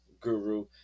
Guru